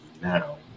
now